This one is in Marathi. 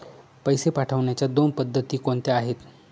पैसे पाठवण्याच्या दोन पद्धती कोणत्या आहेत?